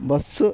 bus